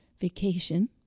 vacation